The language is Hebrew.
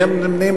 כי הם נמנים,